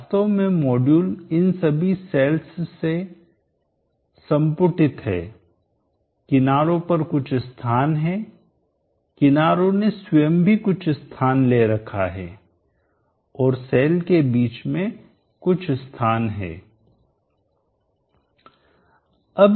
वास्तव में मॉड्यूल इन सभी सेल्स से संपुटित एनकैप्सूलेट्स है किनारों पर कुछ स्थान है किनारे ने स्वयं भी कुछ स्थान ले रखा है और सेल्स के बीच में कुछ स्थान है